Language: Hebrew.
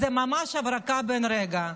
זאת ממש הברקה בן רגע.